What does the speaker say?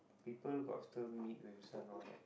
people got still meet with this one all right